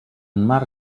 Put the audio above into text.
mar